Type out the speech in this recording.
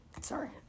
Sorry